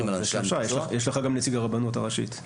יש לך גם נציג הרבנות הראשית.